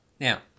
Now